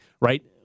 right